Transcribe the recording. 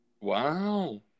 Wow